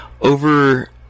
Over